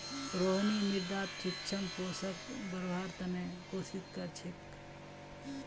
रोहिणी मृदात सूक्ष्म पोषकक बढ़व्वार त न कोशिश क र छेक